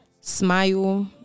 Smile